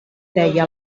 deia